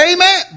Amen